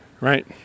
right